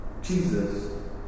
Jesus